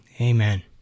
Amen